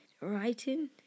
writing